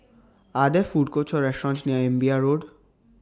Are There Food Courts Or restaurants near Imbiah Road